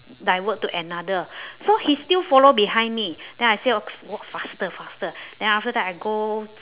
divert to another so he still follow behind me then I say oh walk faster faster then after that I go